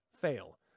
fail